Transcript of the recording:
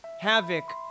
Havoc